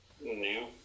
new